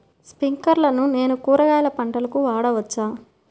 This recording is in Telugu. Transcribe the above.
స్ప్రింక్లర్లను నేను కూరగాయల పంటలకు వాడవచ్చా?